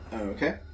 Okay